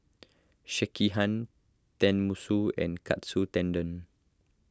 Sekihan Tenmusu and Katsu Tendon